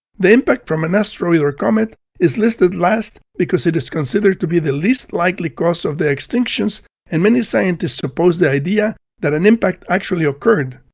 the impact from an asteroid or comet is listed last because it is considered to be the least likely cause of the extinction and many scientists oppose the idea that an impact actually occurred,